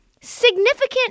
significant